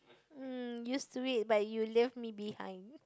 mm used to it but you left me behind